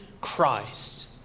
Christ